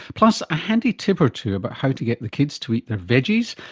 plus a handy tip or two about how to get kids to eat their vegies.